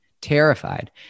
terrified